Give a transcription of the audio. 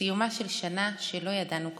בסיומה של שנה שלא ידענו כמותה.